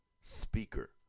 Speaker